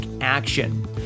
action